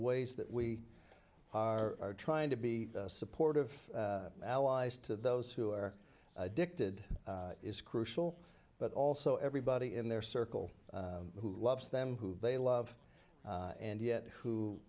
ways that we are trying to be supportive allies to those who are addicted is crucial but also everybody in their circle who loves them who they love and yet who